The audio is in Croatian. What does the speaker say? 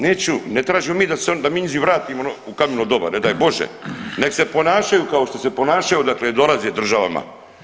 Neću, ne tražimo mi da mi njizi vratimo u kameno doba, ne daj Bože, nek se ponašaju kao što se ponašaju odakle dolaze državama.